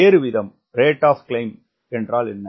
ஏறு வீதம் என்றால் என்ன